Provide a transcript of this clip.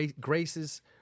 Grace's